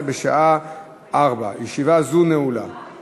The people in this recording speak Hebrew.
הישיבה הבאה תתקיים,